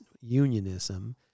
unionism